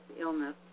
illness